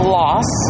loss